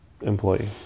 employee